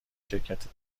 شرکت